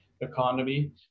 economy